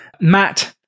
Matt